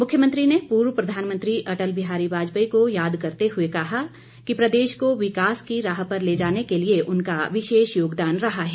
मुख्यमंत्री ने पूर्व प्रधानमंत्री अटल बिहारी वाजपेयी को याद करते हुए कहा कि प्रदेश को विकास की राह पर ले जाने के लिए उनका विशेष योगदान रहा है